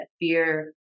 fear